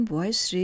Voice